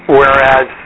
whereas